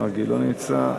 מרגי, לא נמצא,